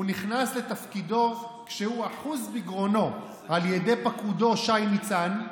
הוא נכנס לתפקידו כשהוא אחוז בגרונו על ידי פקודו שי ניצן,